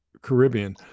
Caribbean